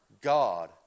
God